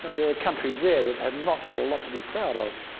there are countries there that have not got a lot to be proud of.